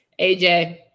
AJ